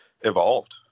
evolved